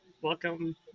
Welcome